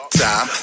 time